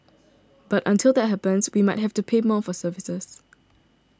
but until that happens we might have to pay more for services